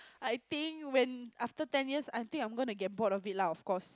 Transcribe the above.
I think when after ten years I think I'm going to get bored of it lah of course